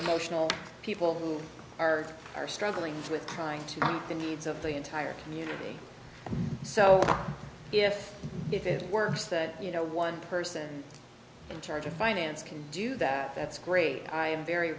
emotional people who are are struggling with trying to meet the needs of the entire community so if if it works that you know one person in charge of finance can do that that's great i'm very